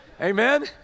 Amen